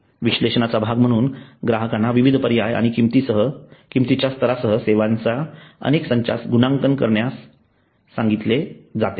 विश्लेषणाचा भाग म्हणून ग्राहकांना विविध पर्याय आणि किंमतीच्या स्तरांसह सेवांच्या अनेक संचांस गुणांकन देण्यास सांगितले जाते